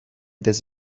this